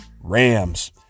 Rams